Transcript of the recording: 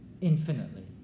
infinitely